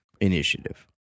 initiative